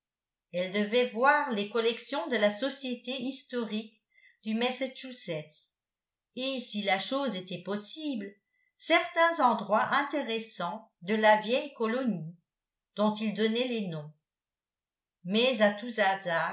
elle devait voir les collections de la société historique du massachusetts et si la chose était possible certains endroits intéressants de la vieille colonie dont il donnait les noms mais à tous